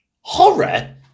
Horror